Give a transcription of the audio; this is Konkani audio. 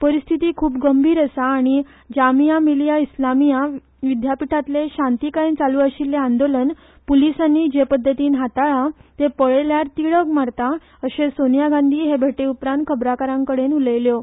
परिस्थिती खुप गंभीर आसा आनी जामिया मिलिया इस्लामिया विद्यापीठातले शांतीकायेन चालू आशिल्ले आंदोलन पुलिसानी जे पध्दतीन हाताळ्ळा ते पळयल्यार तीडक मारता अशे सोनिया गांधी हे भेटे उपरांत खबराकारांकडेन उलयल्यो